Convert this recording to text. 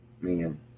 Man